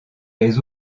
les